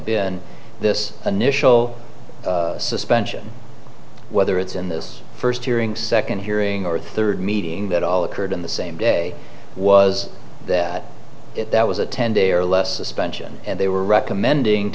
been this initial suspension whether it's in this first hearing second hearing or third meeting that all occurred in the same day was that that was a ten day or less suspension and they were recommending